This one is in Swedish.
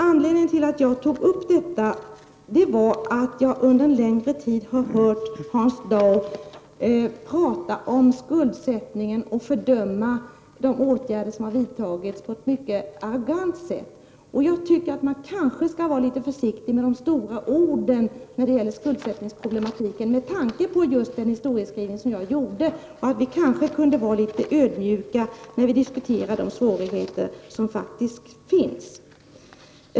Anledningen till att jag tog upp detta var att jag under en längre tid har hört Hans Dau tala på ett mycket arrogant sätt om skuldsättningen och fördöma de åtgärder som har vidtagits. Man skall kanske vara litet försiktig med de stora orden när det gäller skuldsättningsproblematiken med tanke på just den historieskrivning som jag gjorde. Vi borde kanske vara lite ödmjuka när vi diskuterar de svårigheter som faktiskt finns.